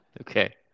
Okay